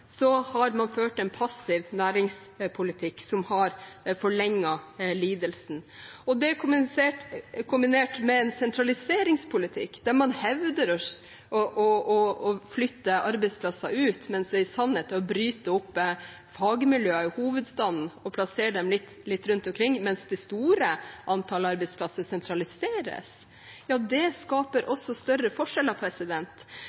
Så istedenfor å møte ledige oppgaver med ledige hender, har man ført en passiv næringspolitikk som har forlenget lidelsen. Dette kombinert med en sentraliseringspolitikk der man hevder å flytte arbeidsplasser ut, mens det i sannhet er å bryte opp fagmiljøer i hovedstaden og plassere dem litt rundt omkring mens det store antallet arbeidsplasser sentraliseres, skaper også større forskjeller. Det